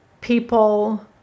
people